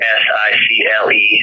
s-i-c-l-e